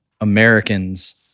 Americans